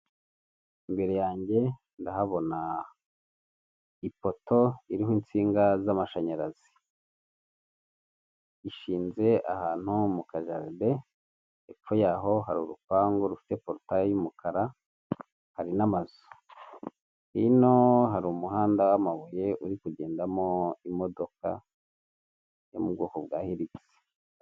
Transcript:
Imbere yanjye ndahabona ipoto irimo insinga z'amashanyarazi ishinze ahantu mu kajaride, epfo yaho hari urupangu rufite porutaye y'umukara hari n'amazu, hino hari umuhanda w'amabuye uri kugendamo imodoka yo mu bwoko bwa heregisi.